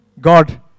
God